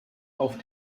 auf